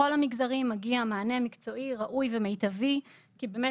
לכל המגזרים מגיע מענה מקצועי ראוי ומיטבי כי באמת